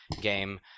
game